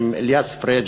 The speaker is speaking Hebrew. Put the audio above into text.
עם אליאס פריג',